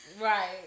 Right